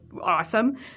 awesome